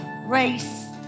race